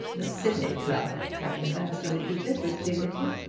the sidney club, captain bannister repeated, with dignity.